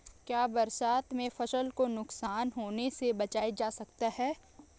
क्या बरसात में फसल को नुकसान होने से बचाया जा सकता है?